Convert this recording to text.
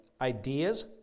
ideas